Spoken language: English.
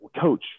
coach